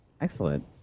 Excellent